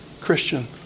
Christian